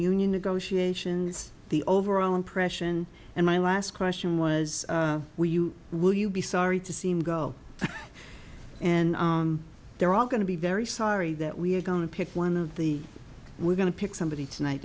union negotiations the overall impression and my last question was will you will you be sorry to see him go and they're all going to be very sorry that we're going to pick one of the we're going to pick somebody tonight